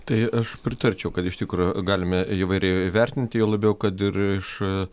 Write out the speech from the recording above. tai aš pritarčiau kad iš tikro galime įvairiai vertinti juo labiau kad ir iš